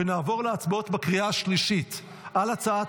ונעבור להצבעות בקריאה השלישית על הצעת